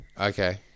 Okay